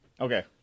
Okay